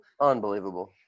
Unbelievable